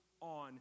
on